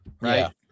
Right